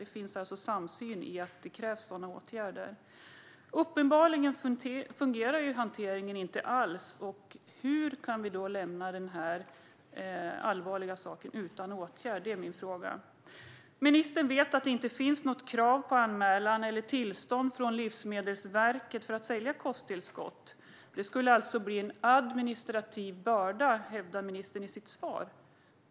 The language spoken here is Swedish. Det finns alltså en samsyn när det gäller att sådana åtgärder krävs. Uppenbarligen fungerar hanteringen inte alls. Hur kan vi då lämna det här som är så allvarligt utan åtgärd? Det är min fråga. Ministern vet att det inte finns något krav på anmälan eller tillstånd från Livsmedelsverket för att sälja kosttillskott. Det skulle bli en administrativ börda, hävdar ministern i sitt svar.